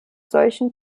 solchen